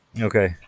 Okay